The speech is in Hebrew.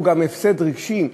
הוא גם הפסד רגשי.